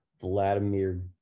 vladimir